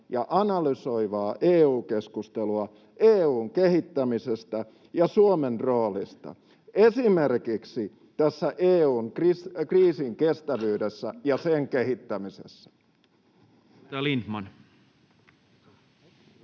ja analysoivaa EU-keskustelua EU:n kehittämisestä ja Suomen roolista, esimerkiksi tässä EU:n kriisinkestävyydessä ja sen kehittämisessä.